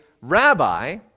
rabbi